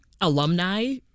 alumni